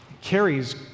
carries